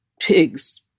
pigs